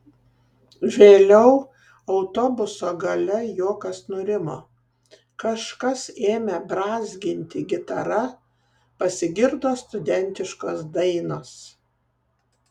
vėliau autobuso gale juokas nurimo kažkas ėmė brązginti gitara pasigirdo studentiškos dainos